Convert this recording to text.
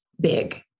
big